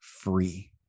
free